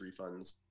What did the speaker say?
refunds